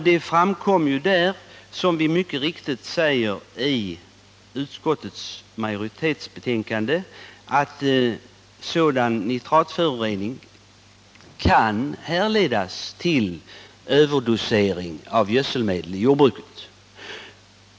Det framkom då —- som utskottsmajoriteten säger i sin skrivning — att nitratförorening kan härledas till överdosering av gödselmedel i jordbruket.